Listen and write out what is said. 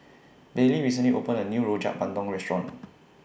Bailey recently opened A New Rojak Bandung Restaurant